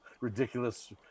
ridiculous